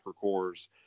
cores